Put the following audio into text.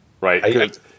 right